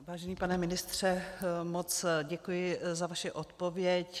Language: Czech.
Vážený pane ministře, moc děkuji za vaši odpověď.